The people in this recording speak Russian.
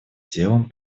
делом